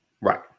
Right